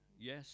yes